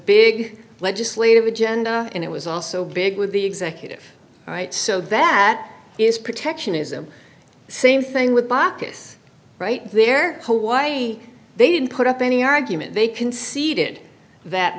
big legislative agenda and it was also big with the executive all right so that is protectionism same thing with baucus right there so why they didn't put up any argument they conceded that